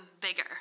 bigger